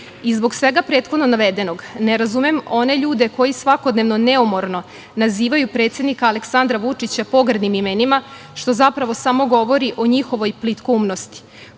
svega prethodno navedenog ne razumem one ljude koji svakodnevno neumorno nazivaju predsednika Aleksandra Vučića pogrdnim imenima, što, zapravo, samo govori o njihovoj plitkoumnosti